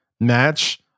match